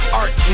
art